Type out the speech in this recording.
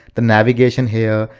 the navigation here,